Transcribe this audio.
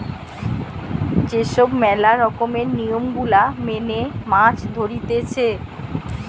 যে সব ম্যালা রকমের নিয়ম গুলা মেনে মাছ ধরতিছে